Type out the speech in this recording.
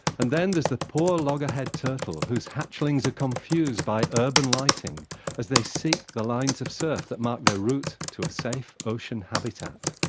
and then there's the poor loggerhead turtle, whose hatchlings are confused by urban lighting as they seek the lines of surf that mark their route to a safe ocean habitat.